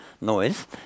noise